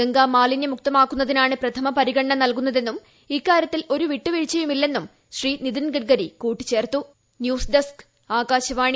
ഗംഗ മാലിന്യമുക്തമാക്കുന്നതിനാണ്ട് പ്ര്ഥമ പരിഗണന നൽകുന്നത് എന്നും ഇക്കാരൃത്തിൽ ഏർപ്പിട്ടുവീഴ്ചയുമില്ലെന്നും ശ്രീ നിതിൻ ഗഡ്ഗരി കൂട്ടിച്ചേർത്തുകൾ ന്യൂസ് ഡസ്ക് ആകാശവാണി